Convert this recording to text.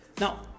Now